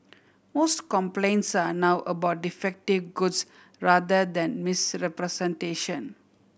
most complaints are now about defective goods rather than misrepresentation